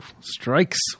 strikes